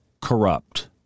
corrupt